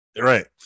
right